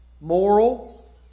moral